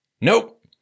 Nope